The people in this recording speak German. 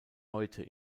heute